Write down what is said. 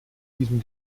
diesem